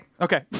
Okay